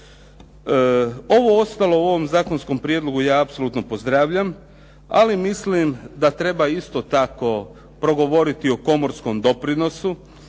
Ovo ostalo u ovom zakonskom prijedlogu ja apsolutno pozdravljam ali mislim da treba isto tako progovoriti o komorskom doprinosu